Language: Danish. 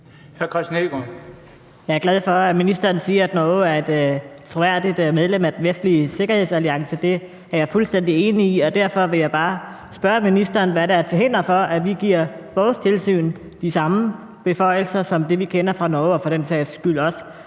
Jeg er glad for, at ministeren siger, at Norge er et troværdigt medlem af den vestlige sikkerhedsalliance. Det er jeg fuldstændig enig i, og derfor vil jeg bare spørge ministeren, hvad der er til hinder for, at vi giver vores tilsyn de samme beføjelser som dem, vi kender fra Norge og for den sags skyld også